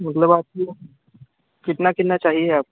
मतलब आपको कितना कितना चाहिए आपको